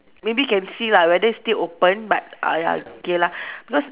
maybe you can see lah whether it's still open but ah ya K lah because